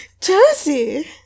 Josie